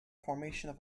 formation